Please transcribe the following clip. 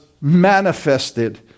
manifested